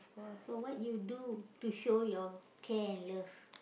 so what you do to show your care and love